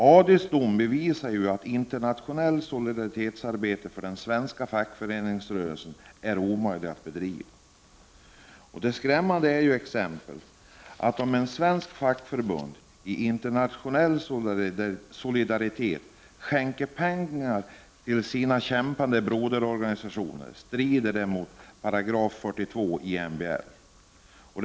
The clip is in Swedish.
AD:s dom bevisar ju att internationellt solidaritetsarbete för den svenska fackföreningsrörelsen är omöjligt att bedriva. Det skrämmande är ju t.ex. att om ett svenskt fackförbund som en internationell solidaritetshandling skänker pengar till sina kämpande broderorganisationer strider detta mot 42 § medbestämmandelagen.